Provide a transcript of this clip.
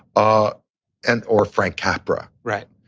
ah and or frank capra. right.